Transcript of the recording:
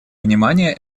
внимания